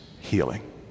healing